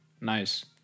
Nice